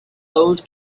old